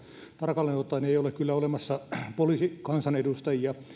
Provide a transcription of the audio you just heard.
tarkalleen ottaen ei ole kyllä olemassa poliisikansanedustajia